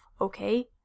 okay